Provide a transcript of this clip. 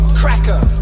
cracker